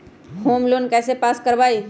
Home loan कैसे pass कर बाबई?